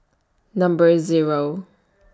Number Zero